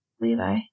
Levi